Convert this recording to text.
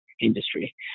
industry